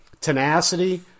tenacity